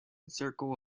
circle